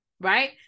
Right